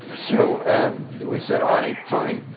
so we said, all right, fine.